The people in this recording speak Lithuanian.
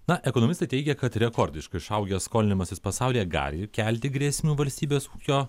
na ekonomistai teigia kad rekordiškai išaugęs skolinimasis pasaulyje gali kelti grėsmių valstybės ūkio